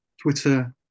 Twitter